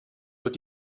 wird